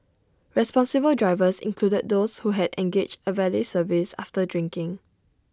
responsible drivers included those who had engaged A valet service after drinking